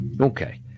Okay